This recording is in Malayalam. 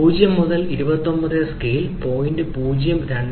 0 29 സ്കെയിൽ 0